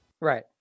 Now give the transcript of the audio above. right